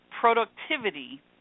productivity